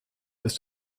ist